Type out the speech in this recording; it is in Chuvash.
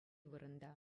вырӑнта